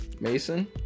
mason